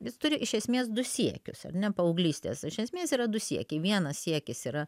jis turi iš esmės du siekius ar ne paauglystės iš esmės yra du siekiai vienas siekis yra